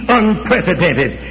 unprecedented